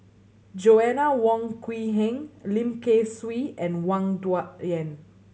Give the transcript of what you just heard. Joanna Wong Quee Heng Lim Kay Siu and Wang Dayuan